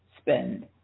Spend